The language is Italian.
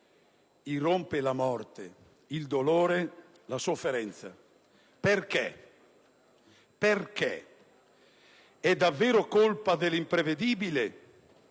irrompono la morte, il dolore, la sofferenza. Perché? È davvero colpa dell'imprevedibile